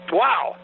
wow